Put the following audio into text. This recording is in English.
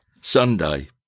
Sunday